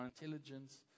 intelligence